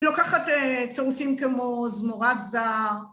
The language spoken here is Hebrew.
לוקחת צירופים כמו זמורת זר.